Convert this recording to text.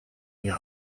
占有